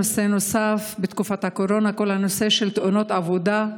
נושא נוסף: בתקופת הקורונה כל הנושא של תאונות עבודה,